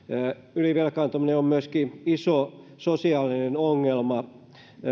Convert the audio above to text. ylivelkaantuminen on myöskin iso sosiaalinen ongelma